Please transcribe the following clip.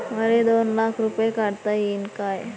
मले दोन लाख रूपे काढता येईन काय?